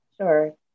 Sure